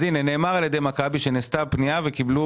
נאמר על ידי מכבי שנעשתה פנייה והם קיבלו